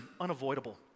unavoidable